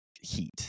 heat